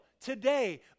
today